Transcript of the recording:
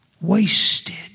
Wasted